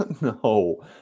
no